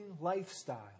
lifestyle